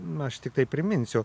na aš tiktai priminsiu